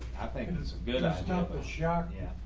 good stuff a shot yeah,